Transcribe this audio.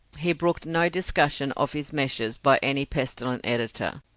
he brooked no discussion of his measures by any pestilent editor.